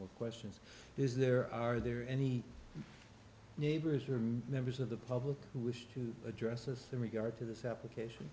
more questions is there are there any neighbors or members of the public who wish to address us in regard to this application